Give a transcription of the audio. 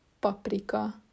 paprika